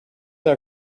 our